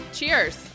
Cheers